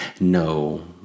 no